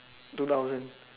two thousand